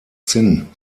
zinn